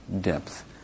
depth